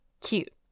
Cute